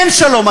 אין שלום,